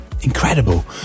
incredible